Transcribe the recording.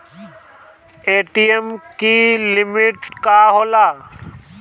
ATM की limit का होला?